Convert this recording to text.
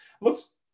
looks